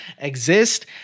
exist